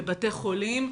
בבתי חולים,